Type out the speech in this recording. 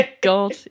God